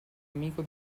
amico